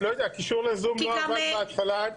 הקישור לזום לא עבד בהתחלה.